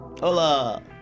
Hola